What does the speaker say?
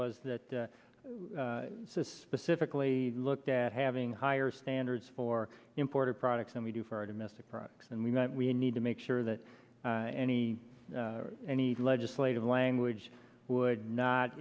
was that says specifically looked at having higher standards for imported products than we do for our domestic products and that we need to make sure that any any legislative language would not